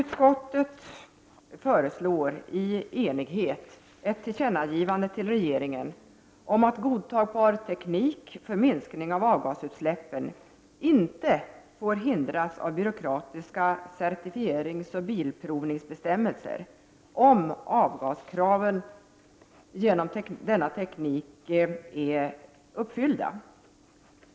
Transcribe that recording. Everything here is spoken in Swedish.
Utskottet föreslår i enighet ett tillkännagivande till regeringen om att godtagbar teknik för minskning av avgasutsläppen inte får hindras av byråkratiska certifieringsoch bilprovningsbestämmelser, dvs. om avgaskraven med hjälp av denna teknik kan uppfyllas.